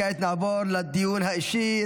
כעת, נעבור לדיון האישי.